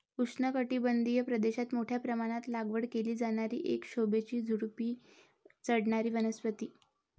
उष्णकटिबंधीय प्रदेशात मोठ्या प्रमाणात लागवड केली जाणारी एक शोभेची झुडुपी चढणारी वनस्पती